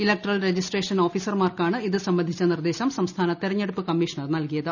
electoral registration ഓഫീസർമാർക്കാണ് ഇത് സംബന്ധിച്ച നിർദ്ദേശം സംസ്ഥാന തെരഞ്ഞെടുപ്പ് കമ്മീഷണർ നൽകിയത്